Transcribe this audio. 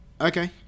Okay